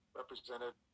represented